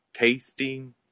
Tasting